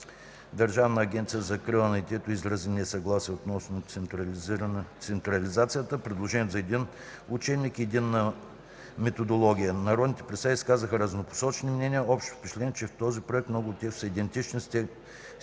Държавна агенция за закрила на детето изрази несъгласие относно централизацията, предложението за един учебник и единна методология. Народните представители изказаха разнопосочни мнения. Общото впечатление е, че в този проект много от текстовете са идентични с